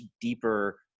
deeper